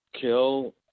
kill